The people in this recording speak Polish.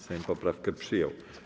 Sejm poprawkę przyjął.